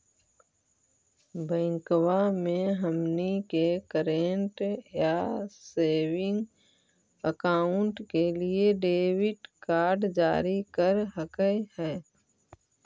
बैंकवा मे हमनी के करेंट या सेविंग अकाउंट के लिए डेबिट कार्ड जारी कर हकै है?